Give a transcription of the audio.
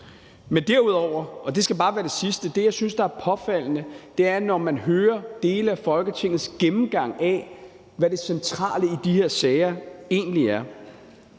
Men derudover – og det skal være det sidste – er det påfaldende, synes jeg, at høre dele af Folketingets gennemgang af, hvad det centrale i de her sager egentlig er.